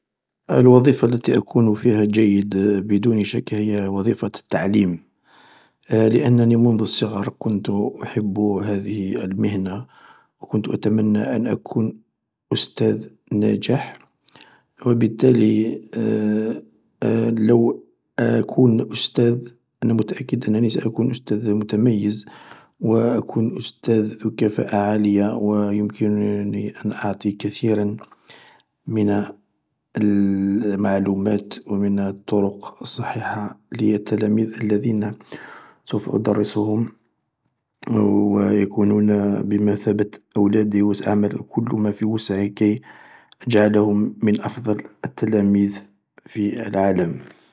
الوظيفة التي اكون فيها جيد بدون شك هي وظيفة التعليم لأنني منذ الصغر كنت أحب هذه المهنة و كنت أتمنى أن أكون أستاذ ناجح بالتالي لو أكون أستاذ أنا متأكد أنني سأكون أستاذ متميز و أكون أستاذ ذو كفاءة عالية و يمكنني أن أعطي كثيرا من المعلومات و من الطرق الصحية للتلاميذ الذين سوف أدرسهم و يكونون بمثابة أولادي و سأعمل كل ما في وسعي كي أجعلهم من أفضل التلاميذ في العالم.